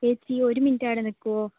ചേച്ചി ഒരു മിനിറ്റ് അവിടെ നിൽക്കുമോ